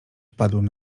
wpadłem